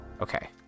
Okay